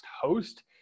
host